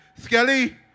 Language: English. Skelly